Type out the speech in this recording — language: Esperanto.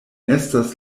estas